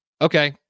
Okay